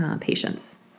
patients